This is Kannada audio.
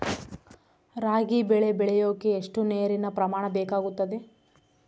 ರಾಗಿ ಬೆಳೆ ಬೆಳೆಯೋಕೆ ಎಷ್ಟು ನೇರಿನ ಪ್ರಮಾಣ ಬೇಕಾಗುತ್ತದೆ?